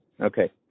Okay